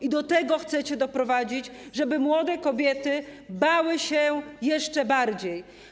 I do tego chcecie doprowadzić, żeby młode kobiety bały się jeszcze bardziej.